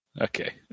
Okay